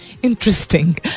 interesting